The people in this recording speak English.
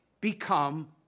become